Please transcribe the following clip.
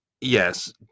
yes